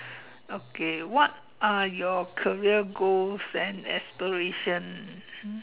okay what are your career goals and aspirations hmm